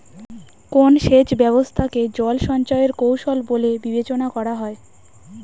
কোন সেচ ব্যবস্থা কে জল সঞ্চয় এর কৌশল বলে বিবেচনা করা হয়?